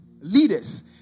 leaders